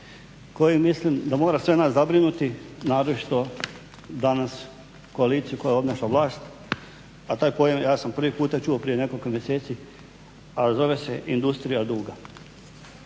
koji mislim da mora sve nas zabrinuti, naročito danas koaliciju koja obnaša vlast, a taj pojam ja sam prvi puta čuo prije nekoliko mjeseci, a zove se industrija duga.